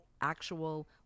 actual